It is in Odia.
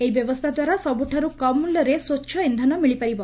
ଏହି ବ୍ୟବସ୍କା ଦ୍ୱାରା ସବୁଠାରୁ କମ୍ ମୁଲ୍ୟରେ ସ୍ୱଛ ଇନ୍ଧନ ମିଳିପାରିବ